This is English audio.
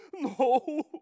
No